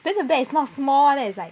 then the bat is not small leh then it's like